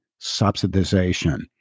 subsidization